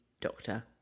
doctor